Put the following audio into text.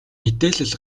мэдээлэл